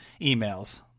emails